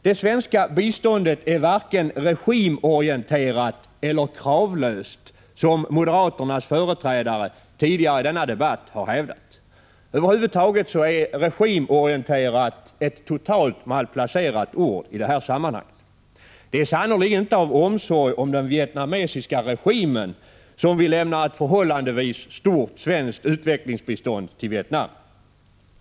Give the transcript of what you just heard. Det svenska biståndet är varken regimorienterat eller kravlöst, som moderaternas företrädare har hävdat tidigare i denna debatt. Över huvud taget är ”regimorienterat” ett totalt malplacerat ord i detta sammanhang. Det är sannerligen inte av omsorg om den vietnamesiska regimen som vi lämnar ett förhållandevis stort svenskt utvecklingsbistånd till Vietnam.